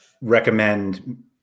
recommend